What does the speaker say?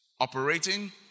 Operating